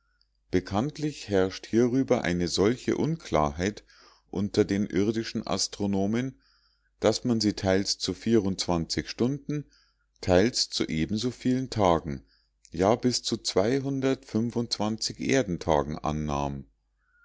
bekanntlich herrscht hierüber eine solche unklarheit unter den irdischen astronomen daß man sie teils zu stunden teils zu ebensoviel tagen ja bis zu erdentagen annahm